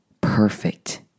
perfect